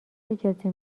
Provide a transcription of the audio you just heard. اجازه